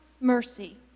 mercy